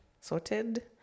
sorted